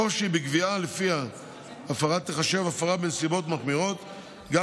הקושי בקביעה שלפיה הפרה תיחשב הפרה בנסיבות מחמירות גם